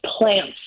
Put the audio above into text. plants